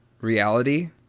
reality